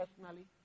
personally